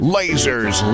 Lasers